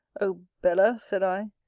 o bella! said i,